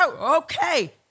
Okay